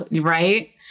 right